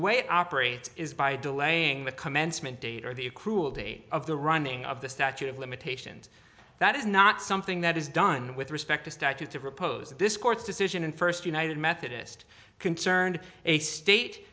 the way it operates is by delaying the commencement date or the cruelty of the running of the statute of limitations that is not something that is done with respect to started to propose this court's decision in first united methodist concerned a state